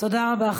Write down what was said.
תודה רבה.